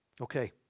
Okay